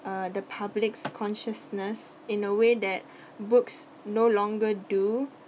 uh the public's consciousness in a way that books no longer do